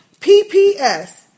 PPS